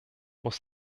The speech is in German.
muss